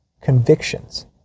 convictions